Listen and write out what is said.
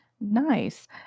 Nice